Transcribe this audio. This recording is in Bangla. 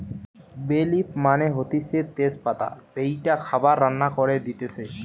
বে লিফ মানে হতিছে তেজ পাতা যেইটা খাবার রান্না করে দিতেছে